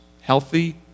Healthy